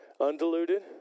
Undiluted